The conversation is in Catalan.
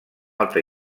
altra